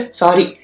sorry